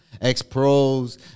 ex-pros